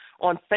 On